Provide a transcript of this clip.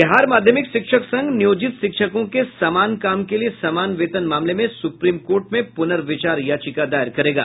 बिहार माध्यमिक शिक्षक संघ नियोजित शिक्षकों के समान काम के लिये समान वेतन मामले में सुप्रीम कोर्ट में पुनर्विचार याचिका दायर करेगा